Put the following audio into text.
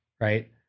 Right